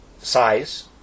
size